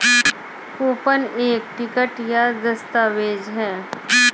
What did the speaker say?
coupon एक ticket या दस्तावेज़ है